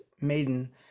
maiden